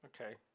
Okay